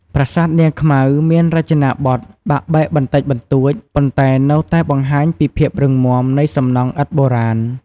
ប្រាសាទនាងខ្មៅមានរចនាបថបាក់បែកបន្តិចបន្តួច ប៉ុន្តែនៅតែបង្ហាញពីភាពរឹងមាំនៃសំណង់ឥដ្ឋបុរាណ។